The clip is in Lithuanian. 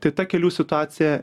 tai ta kelių situacija